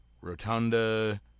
Rotunda